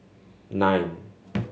nine